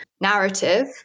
narrative